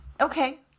Okay